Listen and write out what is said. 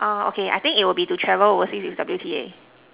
err okay I think it will be to travel overseas with W_T_A